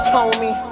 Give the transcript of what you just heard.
homie